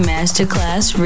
Masterclass